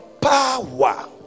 power